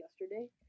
yesterday